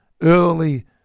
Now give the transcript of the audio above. early